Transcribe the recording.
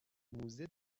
موزه